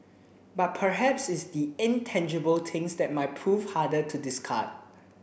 but perhaps it's the intangible things that might prove harder to discard